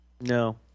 No